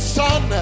son